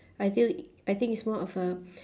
I feel I think it's more of a